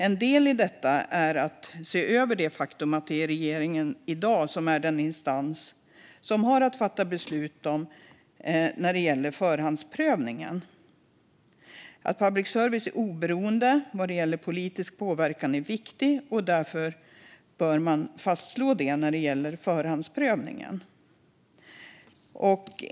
En del i detta är att se över det faktum att det är regeringen som i dag är den instans som har att fatta beslut när det gäller förhandsprövningen. Att public service är oberoende vad gäller politisk påverkan är viktigt, och därför bör man fastslå det när det gäller förhandsprövningen.